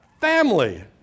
family